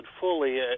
fully